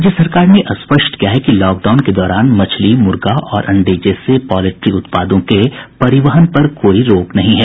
राज्य सरकार ने स्पष्ट किया है कि लॉकडाउन के दौरान मछली मुर्गा और अंडे जैसे पॉल्ट्री उत्पादों के परिवहन पर कोई रोक नहीं है